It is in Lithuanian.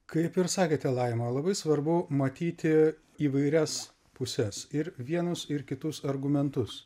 kaip ir sakėte laima labai svarbu matyti įvairias puses ir vienus ir kitus argumentus